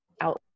out